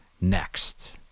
next